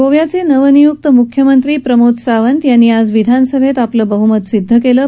गोव्याचे नवनियुक्त मुख्यमंत्री प्रमोद सावंत यांनी आज विधानसभेत आपलं बहुमत सिद्ध केलं आहे